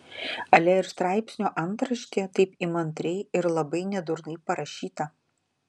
ale ir straipsnio antraštė taip įmantriai ir labai nedurnai parašyta